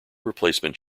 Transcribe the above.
replacement